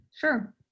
Sure